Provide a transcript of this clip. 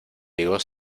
higos